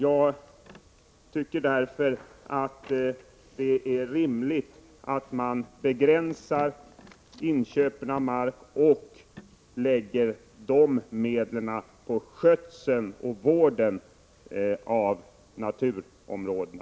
Jag tycker därför att det är rimligt att begränsa inköpen av mark och lägga en större del av medlen på skötsel och vård av naturområdena.